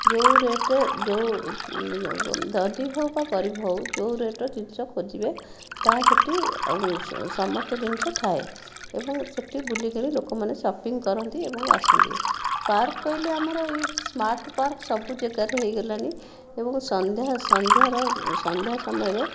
ଯେଉଁ ରେଟ ଯେଉଁ ଧନୀ ହେଉ ବା ଗରିବ ହେଉ ଯେଉଁ ରେଟ୍ରେ ଜିନିଷ ଖୋଜିବେ ତାହା ସେଠି ସମସ୍ତ ଜିନିଷ ଥାଏ ଏବଂ ସେଠି ବୁଲିକରି ଲୋକମାନେ ଶପିଂ କରନ୍ତି ଏବଂ ଆସନ୍ତି ପାର୍କ କହିଲେ ଆମର ଏହି ସ୍ମାର୍ଟ୍ ପାର୍କ ସବୁ ଜାଗାରେ ହୋଇଗଲାଣି ଏବଂ ସନ୍ଧ୍ୟା ସନ୍ଧ୍ୟାର ସନ୍ଧ୍ୟା ସମୟରେ